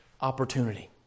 opportunity